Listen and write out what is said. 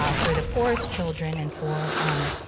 ah for the poorest children and for, um,